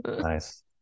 nice